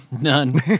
None